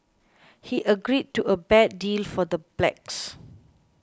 he agreed to a bad deal for the blacks